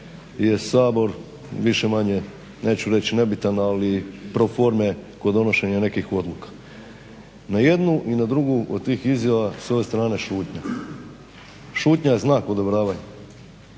je Sabor više-manje neću reći nebitan, ali pro forme kod donošenja nekih odluka. Na jednu i na drugu od tih izjava s ove strane šutnja. Šutnja je znak odobravanja.